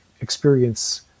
experience